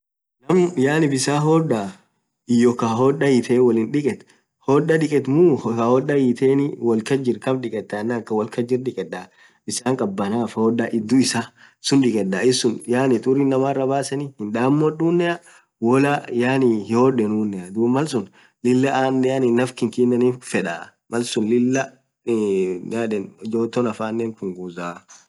yaani bisan hodaf hiyoo khaa Hodhaa hithein wolin dhikhethu Hodhaa dhiket muu khaa Hodhaa hithein au woll kasjiru kaam dhiketha enan khaa woll kasjir dhikhedhaa bisan khabaaf Hodhaa idhuu isaa suun dhikedha yaan issun thurii inamaaraaa basen hindhamodhunea wolaaa yaani hihodenunea dhub malsun Lilah anen naf kikkik hinfedha malsun Lilah joto nafanen hinpuguza